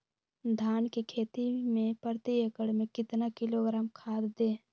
धान की खेती में प्रति एकड़ में कितना किलोग्राम खाद दे?